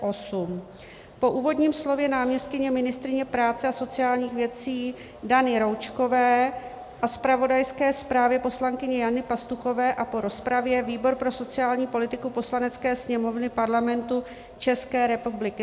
Po úvodním slově náměstkyně ministryně práce a sociálních věcí Dany Roučkové, zpravodajské zprávě poslankyně Jany Pastuchové a po rozpravě výbor pro sociální politiku Poslanecké sněmovny Parlamentu České republiky